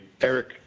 Eric